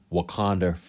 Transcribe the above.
Wakanda